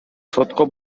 сотко